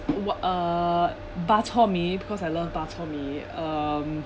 what uh bak chor mee because I love bak chor mee